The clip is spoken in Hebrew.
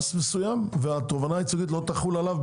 מסוים ושהתובענה הייצוגית לא תחול עליו,